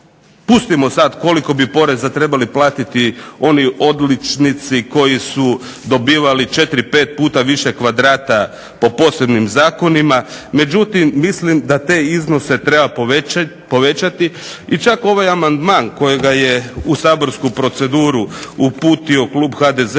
Pustimo sad koliko bi poreza trebali platiti oni odličnici koji su dobivali četiri, pet puta više kvadrata po posebnim zakonima, međutim mislim da te iznose treba povećati i čak ovaj amandman kojega je u saborsku proceduru uputio klub HDZ-a